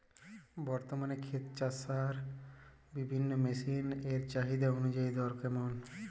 বর্তমানে ক্ষেত চষার বিভিন্ন মেশিন এর চাহিদা অনুযায়ী দর কেমন?